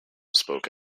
spoke